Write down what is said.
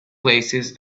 places